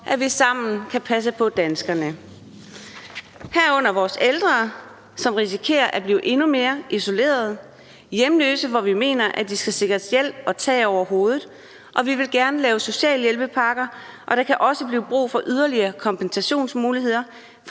at vi sammen kan passe på danskerne, herunder vores ældre, som risikerer at blive endnu mere isoleret, og hjemløse, som vi mener skal sikres hjælp og tag over hovedet, og vi vil gerne lave sociale hjælpepakker. Der kan også blive brug for yderligere kompensationsmuligheder